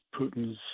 Putin's